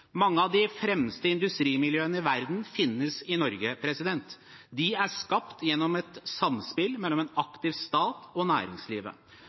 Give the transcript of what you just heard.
Mange av de fremste industrimiljøene i verden finnes i Norge. De er skapt gjennom et samspill mellom en aktiv stat og næringslivet.